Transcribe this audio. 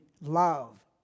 love